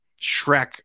Shrek